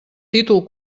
títol